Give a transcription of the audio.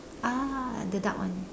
ah the dark one